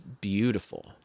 beautiful